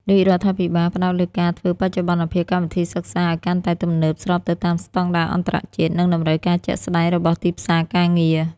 រាជរដ្ឋាភិបាលផ្តោតលើការធ្វើបច្ចុប្បន្នភាពកម្មវិធីសិក្សាឱ្យកាន់តែទំនើប ស្របទៅតាមស្តង់ដារអន្តរជាតិ និងតម្រូវការជាក់ស្តែងរបស់ទីផ្សារការងារ។